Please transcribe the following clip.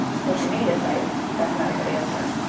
social media sites, that's not a good answer.